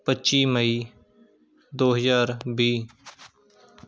ਪੱਚੀ ਮਈ ਦੋ ਹਜ਼ਾਰ ਵੀਹ